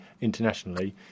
internationally